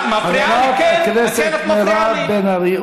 מה זה מפריע, את מפריעה לי.